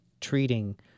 treating